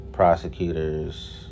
prosecutors